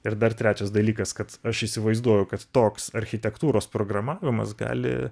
ir dar trečias dalykas kad aš įsivaizduoju kad toks architektūros programavimas gali